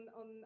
on